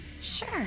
Sure